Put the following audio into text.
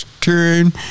turn